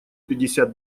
пятьдесят